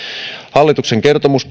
hallituksen kertomus